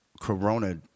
Corona